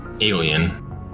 Alien